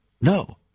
No